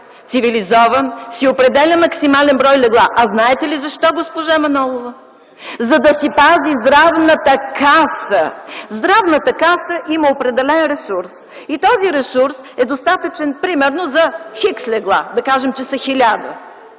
цивилизован свят си определя максимален брой легла. Знаете ли защо, госпожо Манолова? За да си пази Здравната каса! Здравната каса има определен ресурс и този ресурс е достатъчен примерно за хикс легла, да кажем, че са хиляда,